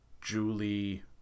Julie